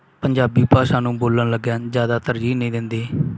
ਪੰਜਾਬੀ ਭਾਸ਼ਾ ਨੂੰ ਬੋਲਣ ਲੱਗਿਆਂ ਜ਼ਿਆਦਾ ਤਰਜੀਹ ਨਹੀਂ ਦਿੰਦੀ